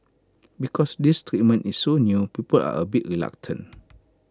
because this treatment is so new people are A bit reluctant